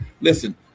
Listen